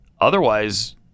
Otherwise